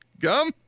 gum